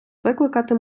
викликати